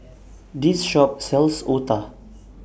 This Shop sells Otah